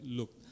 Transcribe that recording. look